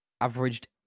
averaged